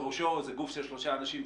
זה גוף של שלושה אנשים,